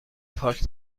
پارک